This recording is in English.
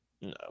No